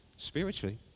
Spiritually